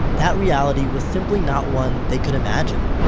that reality was simply not one they could imagine,